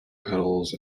petals